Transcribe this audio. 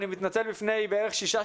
אני מתנצל בפני בערך שישה,